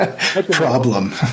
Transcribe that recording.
problem